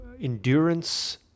endurance